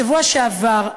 בשבוע שעבר,